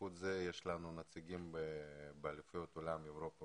בזכות זה יש לנו נציגים באליפויות עולם, באירופה